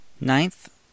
Ninth